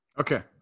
Okay